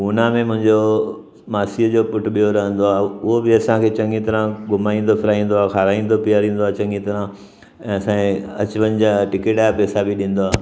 पुना में मुंंहिंजो मासीअ जो पुटु ॿियो रहंदो आहे उहो बि असांखे चङी तरह घुमाईंदो फिराईंदो आहे खाराईंदो पीआरींदो आ्हे चङी तरह ऐं असांजे अचवञु जा टिकट जा पैसा बि ॾींदो आहे